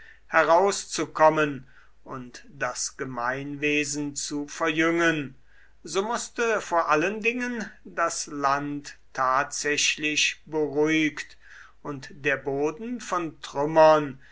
herauszukommen und das gemeinwesen zu verjüngen so mußte vor allen dingen das land tatsächlich beruhigt und der boden von den trümmern